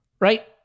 Right